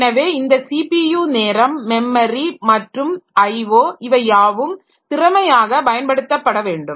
எனவே இந்த ஸிபியு நேரம் மெமரி மற்றும் IO இவையாவும் திறமையாக பயன்படுத்தப்பட வேண்டும்